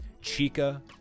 Chica